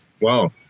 wow